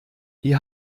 ihr